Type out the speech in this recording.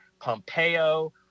pompeo